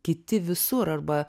kiti visur arba